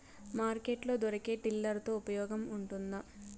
Market లో దొరికే tiller తో ఉపయోగం ఉంటుందా?